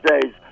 days